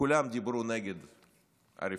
כולם דיברו נגד הרפורמה,